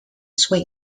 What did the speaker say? shui